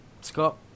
Scott